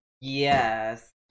Yes